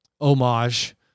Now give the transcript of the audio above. homage